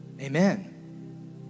Amen